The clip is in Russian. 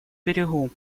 берегу